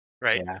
Right